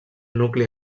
nucli